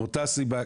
מאותה סיבה,